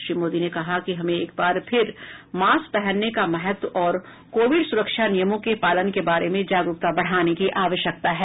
श्री मोदी ने कहा कि हमें एक बार फिर मास्क पहनने का महत्व और कोविड सुरक्षा नियमों के पालन के बारे में जागरूकता बढ़ाने की आवश्यकता है